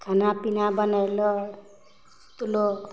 खाना पीना बनैलहुँ तऽ लोक